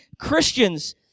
Christians